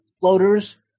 floaters